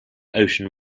ocean